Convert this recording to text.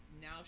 now